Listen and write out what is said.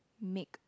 make